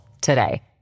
today